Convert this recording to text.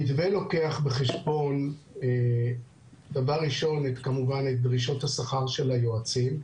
המתווה לוקח בחשבון דבר ראשון כמובן את דרישות השכר של היועצים,